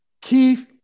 Keith